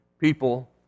people